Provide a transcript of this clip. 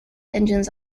engines